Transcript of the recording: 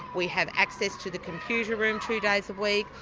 we have access to the computer rooms two days a week,